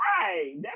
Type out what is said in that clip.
Right